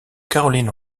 caroline